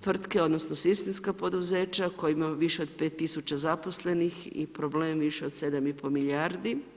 tvrtke, odnosno sistemska poduzeća koji imaju više od 5 tisuća zaposlenih i problem više od 7,5 milijardi.